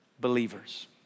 believers